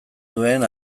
duen